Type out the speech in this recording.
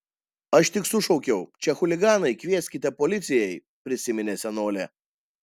aš tik sušaukiau čia chuliganai kvieskite policijai prisiminė senolė